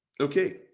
okay